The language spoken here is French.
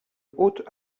haute